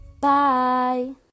Bye